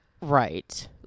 Right